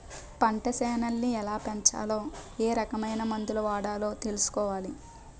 పంటసేలని ఎలాపెంచాలో ఏరకమైన మందులు వాడాలో తెలుసుకోవాలి